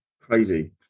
Crazy